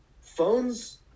phones